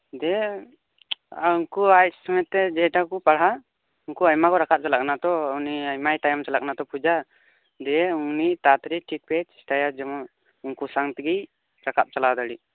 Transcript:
ᱫᱮ ᱩᱱᱠᱩ ᱟᱡ ᱥᱚᱸᱜᱮᱛᱮ ᱡᱮᱴᱟ ᱠᱚ ᱯᱟᱲᱦᱟᱜ ᱩᱝᱠᱩ ᱟᱭᱢᱟ ᱠᱚ ᱨᱟᱠᱟᱵ ᱪᱟᱞᱟᱜ ᱠᱟᱱᱟ ᱛᱚ ᱚᱻ ᱩᱱᱤ ᱟᱭᱢᱟᱭ ᱛᱟᱭᱚᱢ ᱪᱟᱞᱟᱜ ᱠᱟᱱᱟ ᱛᱚ ᱯᱩᱡᱟ ᱫᱤᱭᱮ ᱩᱱᱤ ᱛᱟᱲᱟᱛᱟᱲᱤ ᱴᱷᱤᱠ ᱯᱮ ᱪᱮᱥᱴᱟᱭᱟ ᱡᱮᱢᱚᱱ ᱩᱝᱠᱩ ᱥᱟᱝ ᱛᱮᱜᱮ ᱨᱟᱠᱟᱵᱽ ᱪᱟᱞᱟᱣ ᱫᱟᱲᱮ